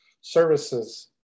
services